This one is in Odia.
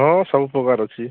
ହଁ ସବୁ ପ୍ରକାର ଅଛି